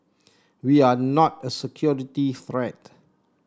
we are not a security threat